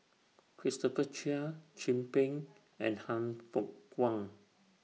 Christopher Chia Chin Peng and Han Fook Kwang